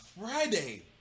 Friday